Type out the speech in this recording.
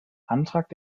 antrag